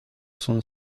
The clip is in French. son